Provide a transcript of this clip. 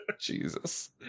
Jesus